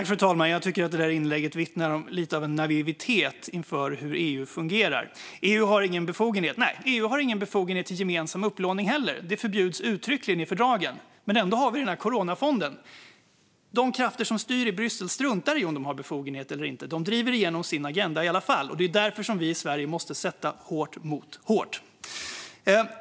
Fru talman! Jag tycker att det där inlägget vittnar lite om en naivitet inför hur EU fungerar. EU har ingen befogenhet när det gäller detta, säger statsrådet. Nej, EU har ingen befogenhet till gemensam upplåning heller, för det förbjuds uttryckligen i fördragen. Ändå har vi coronafonden. De krafter som styr i Bryssel struntar i om de har befogenhet eller inte utan driver igenom sin agenda i alla fall. Det är därför som vi i Sverige måste sätta hårt mot hårt.